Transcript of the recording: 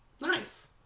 Nice